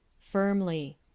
Firmly